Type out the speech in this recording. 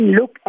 look